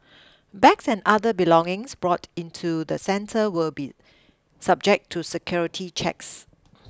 bags and other belongings brought into the centre will be subject to security checks